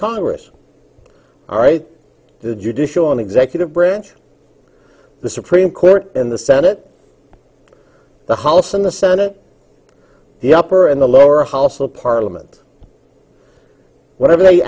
congress all right the judicial and executive branch the supreme court in the senate the house and the senate the upper and the lower house of parliament whatever